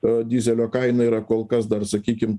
a dyzelio kaina yra kol kas dar sakykim